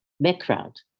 background